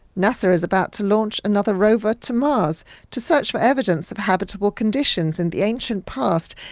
nasa is about to launch another rover to mars to search for evidence of habitable conditions in the ancient past,